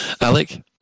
Alec